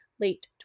late